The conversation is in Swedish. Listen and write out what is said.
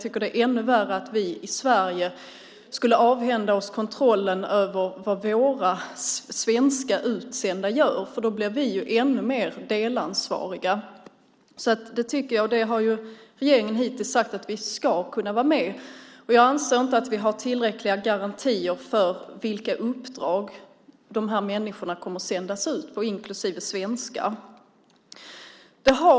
Men ännu värre är, tycker jag, att vi i Sverige skulle avhända oss kontrollen över vad våra svenska utsända gör. Då blir vi ju ännu mer delansvariga. Regeringen har hittills sagt att vi ska kunna vara med. Men jag anser inte att vi har tillräckliga garantier för de uppdrag som de här människorna, inklusive svenskar, kommer att sändas ut på.